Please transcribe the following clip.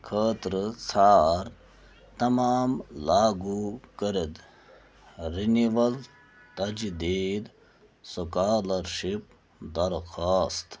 خٲطرٕ ژھار تمام لاگو کردٕہ رِنیٖول تجدیٖد سُکالرشِپ درخوٛاستہٕ